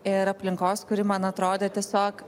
ir aplinkos kuri man atrodė tiesiog